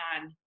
on